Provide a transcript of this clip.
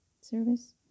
service